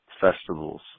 festivals